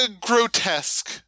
grotesque